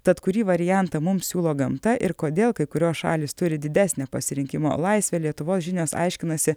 tad kurį variantą mums siūlo gamta ir kodėl kai kurios šalys turi didesnę pasirinkimo laisvę lietuvos žinios aiškinasi